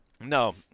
No